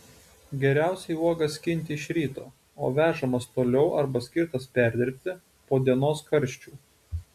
geriausiai uogas skinti iš ryto o vežamas toliau arba skirtas perdirbti po dienos karščių